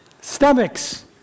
Stomachs